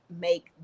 make